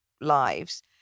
lives